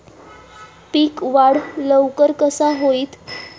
पीक वाढ लवकर कसा होईत?